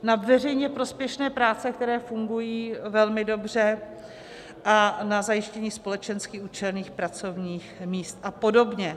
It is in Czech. Na veřejně prospěšné práce, které fungují velmi dobře, a na zajištění společensky účelných pracovních míst apod.